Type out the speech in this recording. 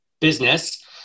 business